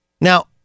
Now